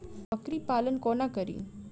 बकरी पालन कोना करि?